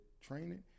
training